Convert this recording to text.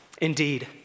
Indeed